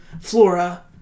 flora